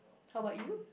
how about you